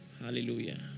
Hallelujah